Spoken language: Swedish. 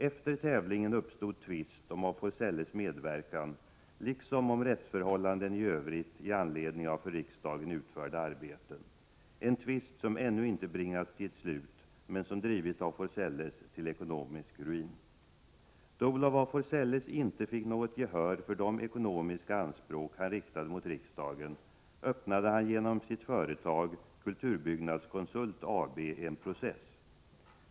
Efter tävlingen uppstod tvist om af Forselles medverkan liksom om rättsförhållanden i övrigt i anledning av för riksdagen utförda arbeten; en tvist som ännu inte bringats till ett slut men som drivit af Forselles till ekonomisk ruin. Då Olof af Forselles inte fick något gehör för de ekonomiska anspråk han riktade mot riksdagen öppnade han, genom sitt företag Kulturbyggnadskonsult AB, en process.